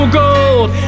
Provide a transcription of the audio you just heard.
gold